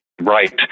Right